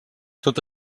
tot